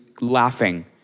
laughing